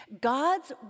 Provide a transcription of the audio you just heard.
God's